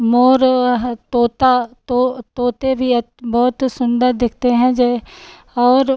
मोर अह तोता तो तोते भी बहुत सुन्दर दिखते हैं जे और